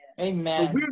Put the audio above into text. Amen